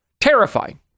Terrifying